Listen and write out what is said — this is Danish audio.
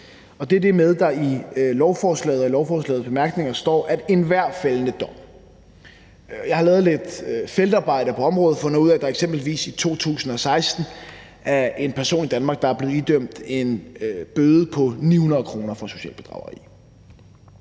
Og det er det med, at der i beslutningsforslaget og bemærkningerne til beslutningsforslaget står »enhver fældende dom«. Jeg har lavet lidt feltarbejde på området og fundet ud af, at der eksempelvis i 2016 var en person i Danmark, der blev idømt en bøde på 900 kr. for socialt bedrageri.